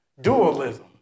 dualism